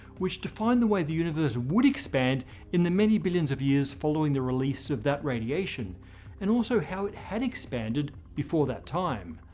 which define the way the universe would expand in the many billions of years following the release of that radiation and also how it had expanded before that time.